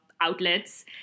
outlets